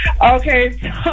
Okay